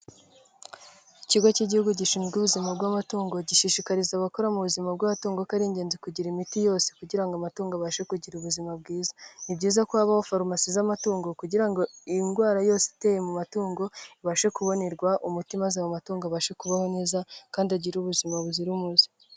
Ikigo cy'igihugu gishinzwe ubuzima bw'amatungo gishishikariza abakora mu buzima bw'amatungo ko ari ingenzi kugira imiti yose kugira ngo amatungo abashe kugira ubuzima bwiza. Ni byiza ko habaho farumasi z'amatungo kugira ngo indwara yose iteye mu matungo ibashe kubonerwa umuti maze amatungo abashe kubaho neza kandi agira ubuzima buzira umuze.